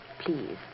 Please